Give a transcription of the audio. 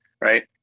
Right